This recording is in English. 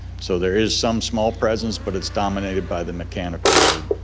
so there is some small presence, but it's dominated by the mechanical load.